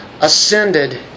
Ascended